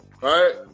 right